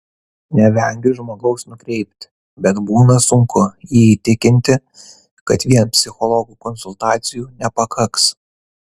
nevengiu žmogaus nukreipti bet būna sunku jį įtikinti kad vien psichologų konsultacijų nepakaks